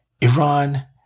Iran